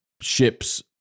ships